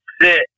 sit